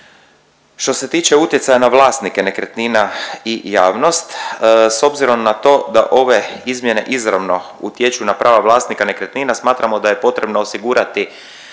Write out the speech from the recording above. Što se tiče utjecaja na vlasnike nekretnina i javnost s obzirom na to da ove izmjene izravno utječu na prava vlasnika nekretnina smatramo da je potrebno osigurati